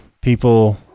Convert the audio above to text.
people